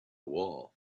wall